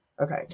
Okay